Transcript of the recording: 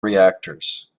reactors